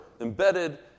embedded